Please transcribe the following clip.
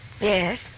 Yes